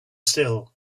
still